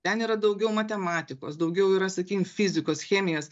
ten yra daugiau matematikos daugiau yra sakykim fizikos chemijos